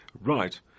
Right